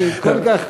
אני כל כך,